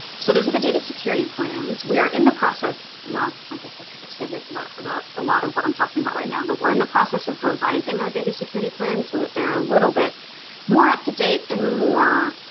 so those are the data security plans. we are in the process, well i guess i could have said this about about a lot of what i'm talking about right now, but we're in the process of revising our data security plans so that they're a little bit more up-to-date and more.